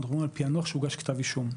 אנחנו מדברים על פענוח שהוגש כתב אישום.